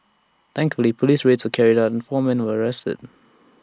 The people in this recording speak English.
thankfully Police raids were carried out and four men were arrested